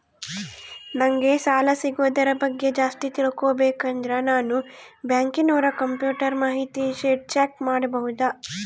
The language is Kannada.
ನಂಗೆ ಸಾಲ ಸಿಗೋದರ ಬಗ್ಗೆ ಜಾಸ್ತಿ ತಿಳಕೋಬೇಕಂದ್ರ ನಾನು ಬ್ಯಾಂಕಿನೋರ ಕಂಪ್ಯೂಟರ್ ಮಾಹಿತಿ ಶೇಟ್ ಚೆಕ್ ಮಾಡಬಹುದಾ?